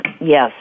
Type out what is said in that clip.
yes